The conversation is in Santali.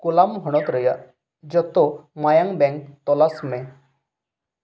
ᱠᱚᱞᱟᱢ ᱦᱚᱱᱚᱛ ᱨᱮᱭᱟᱜ ᱡᱚᱛᱚ ᱢᱟᱭᱟᱝ ᱵᱮᱝᱠ ᱛᱚᱞᱟᱥ ᱢᱮ